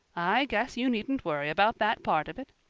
i guess you needn't worry about that part of it.